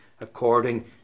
According